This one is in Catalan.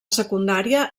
secundària